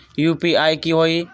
UPI की होई?